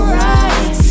right